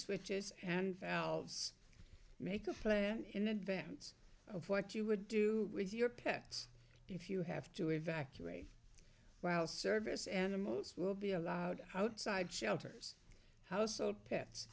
switches and valves make a plan in advance of what you would do with your pets if you have to evacuate while service animals will be allowed outside shelters household pets